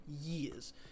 years